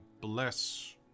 bless